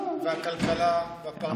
הכלכלה והפרנסה,